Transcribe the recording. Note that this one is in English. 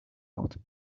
out